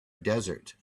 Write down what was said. desert